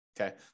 Okay